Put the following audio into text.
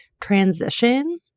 transition